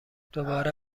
دوباره